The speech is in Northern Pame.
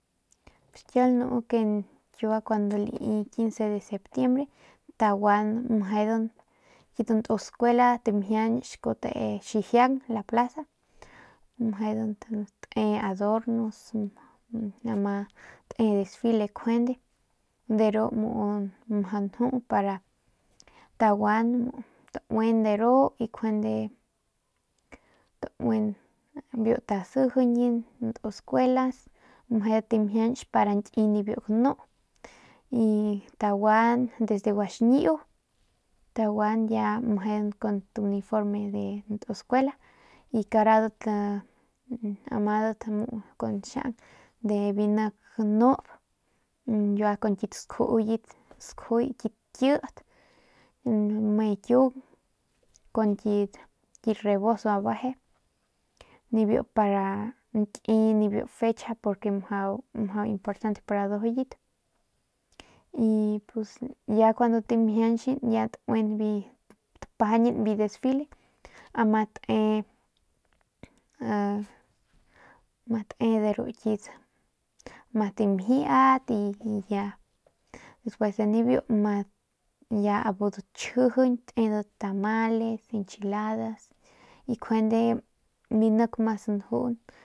Pus kiau lanu kiua cuandu lai biu 15 de septiembre taguadan mejedan biu tntus skuela tamjiach kute xijiang la plaza mejedan te adornos te desfile njuende de ru mjau nju para taguan tauin de ru njuande tauen biu tasijiñan biu ntus skuela meje tamjiach para nki de ru ganu y taguan desde guaxiñiu taguan ya kun uniforme de ntus skuela y karadat amadat kun xiaun de biu nik ganup kyua kun biu kit skjubit kit lame kiung kun ki rebozo peje nibiu para nki nibiu fecha porque para ndujuyet y ya kuandu tamjiachan ya tauin bi tapajañin biu desfile ama te ama te ru kit ma tamjiat y ya despues de nibiu ya abudat chjijiñ te tamales enchiladas y njuende ru nduk mas njun.